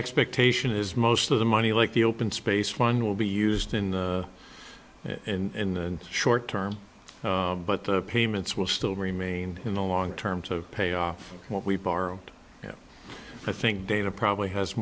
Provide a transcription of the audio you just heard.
expectation is most of the money like the open space fund will be used in in the short term but the payments will still remain in the long term to pay off what we borrow i think dana probably has